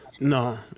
No